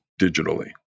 digitally